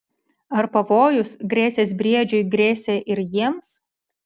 ar pavojus grėsęs briedžiui grėsė ir jiems